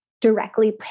directly